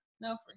no